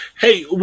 Hey